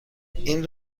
این